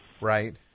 Right